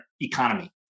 economy